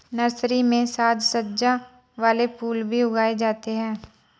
nursery में साज सज्जा वाले फूल भी उगाए जाते हैं